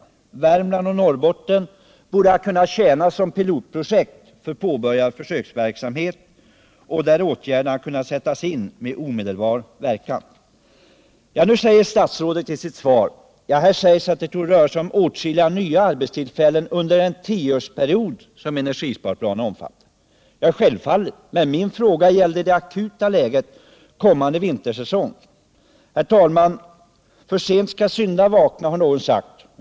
I Värmland och Norrbotten borde man som pilotprojekt kunna få påbörja försöksverksamhet där åtgärderna kunde sättas in med omedelbar verkan. Nu säger statsrådet i sitt svar att det rör sig om åtskilliga nya arbetstillfällen under den tioårsperiod som energisparplanen omfattar. Men min fråga gällde det akuta läget under kommande vintersäsong. Herr talman! För sent skall syndaren vakna, har det sagts.